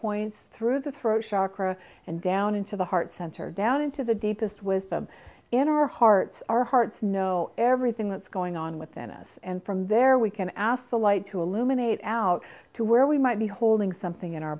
points through the throat shocker and down into the heart center down into the deepest wisdom in our hearts our hearts know everything that's going on within us and from there we can ask the light to illuminate out to where we might be holding something in our